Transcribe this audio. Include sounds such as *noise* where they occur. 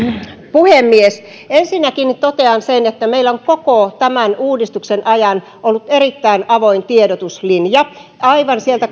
puhemies ensinnäkin totean sen että meillä on koko tämän uudistuksen ajan ollut erittäin avoin tiedotuslinja aivan sieltä *unintelligible*